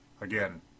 Again